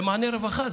זה מענה רווחה,